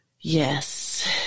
Yes